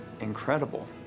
incredible